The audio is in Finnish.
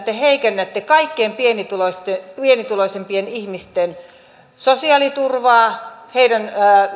te heikennätte kaikkein pienituloisimpien pienituloisimpien ihmisten sosiaaliturvaa heidän